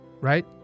right